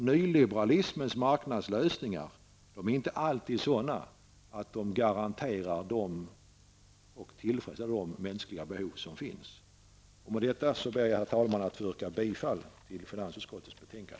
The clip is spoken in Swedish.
Nyliberalismens marknadslösningar är inte alltid sådana att de garanterar och tillfredsställer de mänskliga behov som finns. Med detta ber jag, herr talman, att få yrka bifall till finansutskottets hemställan.